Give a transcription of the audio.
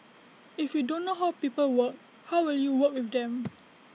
if you don't know how people work how will you work with them